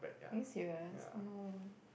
are you serious oh no